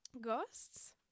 ghosts